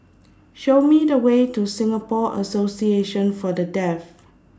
Show Me The Way to Singapore Association For The Deaf